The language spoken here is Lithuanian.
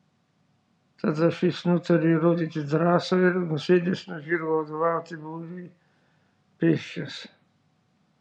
tada šis nutaria įrodyti drąsą ir nusėdęs nuo žirgo vadovauti būriui pėsčias